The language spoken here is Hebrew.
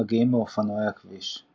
מגיעים מאופנועי הכביש.